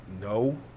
no